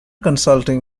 consulting